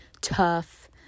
tough